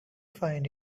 find